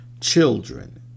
children